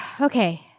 Okay